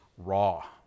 raw